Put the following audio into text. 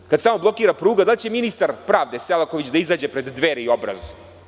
Ili, kada se tamo blokira pruga, da li će ministar pravde Selaković da izađe pred „Dveri“ i „Obraz“